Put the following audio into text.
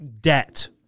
Debt